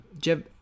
Jeb